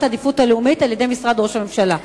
העדיפות הלאומית על-ידי משרד ראש הממשלה.